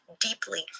deeply